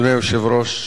אדוני היושב-ראש,